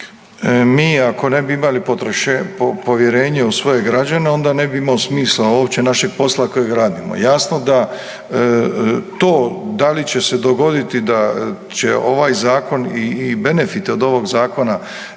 Mi ako ne bi imali povjerenje u svoje građane onda ne bi imalo smisla uopće našeg posla kojeg radimo. Jasno da to da li će se dogoditi da će ovaj zakon i benefiti od ovog zakona